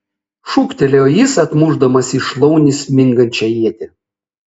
šūktelėjo jis atmušdamas į šlaunį smingančią ietį